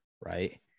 right